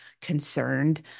concerned